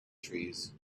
trees